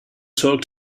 talk